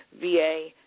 VA